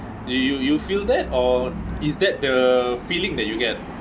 you you you feel that or is that the feeling that you get